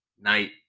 night